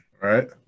right